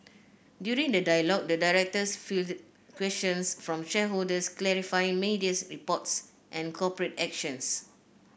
during the dialogue the directors questions from shareholders clarifying media reports and corporate actions